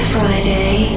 Friday